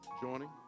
joining